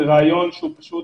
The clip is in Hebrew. זה רעיון שהוא פשוט